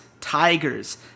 Tigers